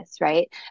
right